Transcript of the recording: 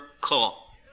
call